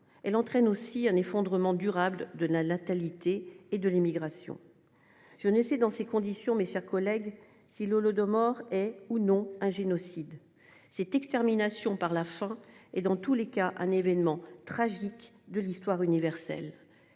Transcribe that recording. l'entraîne aussi un effondrement durable de la natalité et de l'immigration. Je n'essaie dans ces conditions, mes chers collègues si l'Holodomor est ou non un génocide cette extermination par la faim et dans tous les cas un événement tragique de l'histoire universelle.